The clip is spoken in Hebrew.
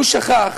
הוא שכח